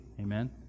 Amen